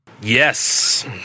Yes